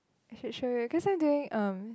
I should show you cause I'm doing um